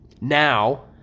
now